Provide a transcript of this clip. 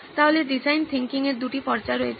তাহলে design thinking এর দুটি পর্যায় রয়েছে